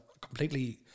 completely